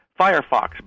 Firefox